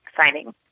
signing